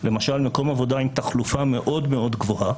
למשל מקום עבודה עם תחלופה מאוד-מאוד גבוהה,